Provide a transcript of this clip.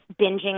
binging